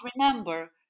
remember